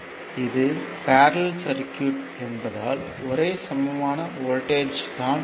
இது parallel circuit என்பதால் ஒரே சமமான வோல்ட்டேஜ் தான் இருக்கும்